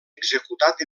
executat